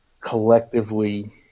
collectively